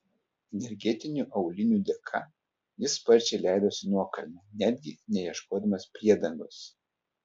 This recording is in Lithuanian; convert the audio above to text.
energetinių aulinių dėka jis sparčiai leidosi nuokalne netgi neieškodamas priedangos